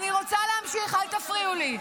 אני רוצה להמשיך, אל תפריעו לי.